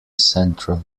central